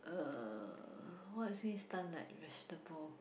uh what makes me stunned like vegetable